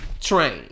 Train